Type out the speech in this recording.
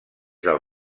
del